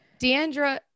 Deandra